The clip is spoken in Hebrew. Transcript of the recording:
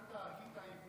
רק אל תהרגי את העברית.